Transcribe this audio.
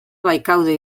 baikaude